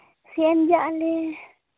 ᱥᱮᱱᱡᱟᱜ ᱟᱞᱮ